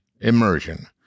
Immersion